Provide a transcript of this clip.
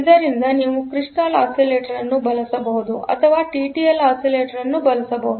ಆದ್ದರಿಂದ ನೀವು crystal oscillator ಅನ್ನು ಬಳಸಬಹುದು ಅಥವಾ ಟಿಟಿಎಲ್ ಆಸಿಲೆಟರ್ ಅನ್ನು ಬಳಸಬಹುದು